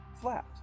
Flat